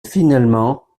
finalement